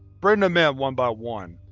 bring them in, one by one,